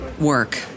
work